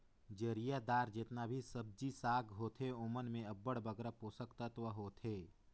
जरियादार जेतना भी सब्जी साग होथे ओमन में अब्बड़ बगरा पोसक तत्व होथे